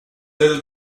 little